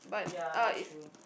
ya that's true